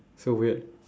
so weird